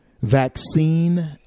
vaccine